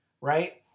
right